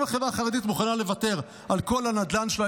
אם החברה החרדית מוכנה לוותר על כל הנדל"ן שלה,